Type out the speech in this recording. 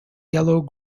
yellow